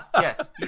Yes